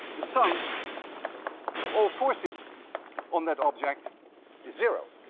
the sum of all forces on that object is zero.